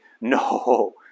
No